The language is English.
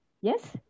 Yes